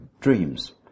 dreams